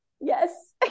Yes